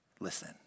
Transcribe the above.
Listen